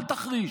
אל תחריש.